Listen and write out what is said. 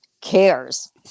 cares